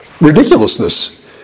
ridiculousness